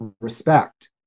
respect